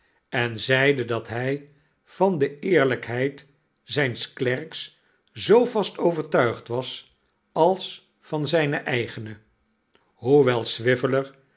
en zeide dat hij van de eerlijkheid zijns klerks zoo vast overtuigd was als van zijne eigene